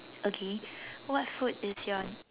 okay what food is your